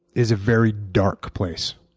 is a very dark place.